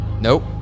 Nope